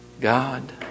God